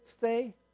say